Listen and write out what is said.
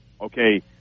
Okay